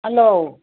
hello